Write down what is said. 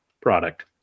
product